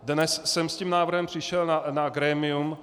Dnes jsem s tím návrhem přišel na grémium.